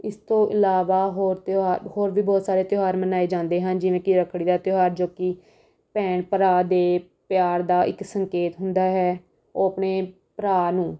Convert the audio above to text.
ਇਸ ਤੋਂ ਇਲਾਵਾ ਹੋਰ ਤਿਉਹਾਰ ਹੋਰ ਵੀ ਬਹੁਤ ਸਾਰੇ ਤਿਉਹਾਰ ਮਨਾਏ ਜਾਂਦੇ ਹਨ ਜਿਵੇਂ ਕਿ ਰੱਖੜੀ ਦਾ ਤਿਉਹਾਰ ਜੋ ਕਿ ਭੈਣ ਭਰਾ ਦੇ ਪਿਆਰ ਦਾ ਇੱਕ ਸੰਕੇਤ ਹੁੰਦਾ ਹੈ ਉਹ ਆਪਣੇ ਭਰਾ ਨੂੰ